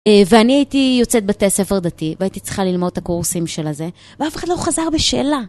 ואני הייתי יוצאת בתי ספר דתי, והייתי צריכה ללמוד את הקורסים של הזה, ואף אחד לא חזר בשאלה.